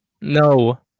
No